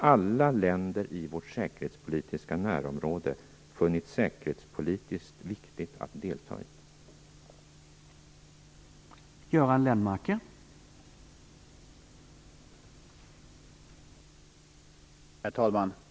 Alla länder i vårt säkerhetspolitiska närområde har funnit det säkerhetspolitiskt viktigt att delta i denna process.